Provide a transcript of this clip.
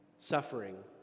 Suffering